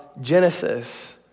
Genesis